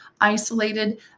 isolated